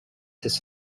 his